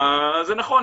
זה נכון,